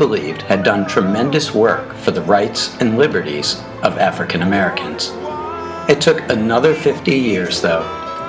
believed had done tremendous work for the rights and liberties of african americans it took another fifty years though